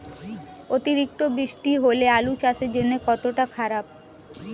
অতিরিক্ত বৃষ্টি হলে আলু চাষের জন্য কতটা খারাপ?